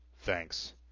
thanks